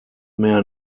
mehr